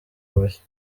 bashya